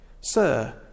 Sir